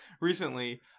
recently